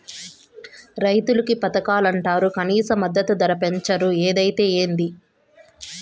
రైతులకి పథకాలంటరు కనీస మద్దతు ధర పెంచరు ఏదైతే ఏంది